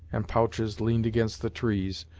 and pouches leaned against the trees,